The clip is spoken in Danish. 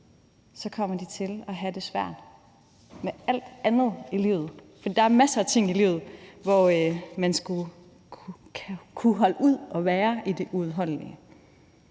kommer til at have det svært med alt andet i livet, for der er masser af situationer i livet, hvor man skal kunne holde ud at være i det uudholdelige.